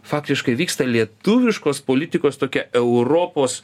faktiškai vyksta lietuviškos politikos tokia europos